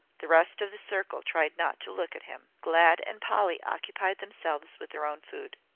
the rest of the circle tried not to look at him. glad and polly occupied themselves with their own food.